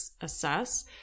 assess